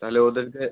তাহলে ওদেরকে